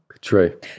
True